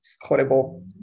horrible